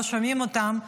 לא שומעים אותם.